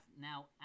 Now